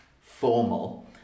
formal